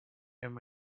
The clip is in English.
and